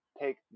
take